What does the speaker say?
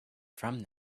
from